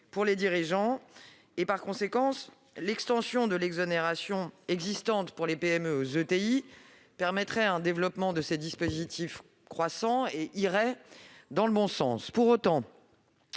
et les dirigeants. Par conséquent, l'extension de l'exonération existante pour les PME aux ETI permettrait un développement croissant de ces dispositifs et irait dans le bon sens.